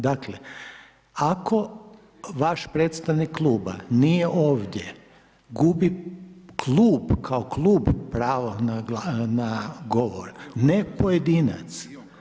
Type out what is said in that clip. Dakle, ako vaš predstavnik kluba nije ovdje, gubi, klub kao klub pravo na govor, ne pojedinac.